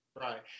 Right